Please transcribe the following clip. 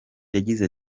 yagize